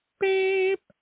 beep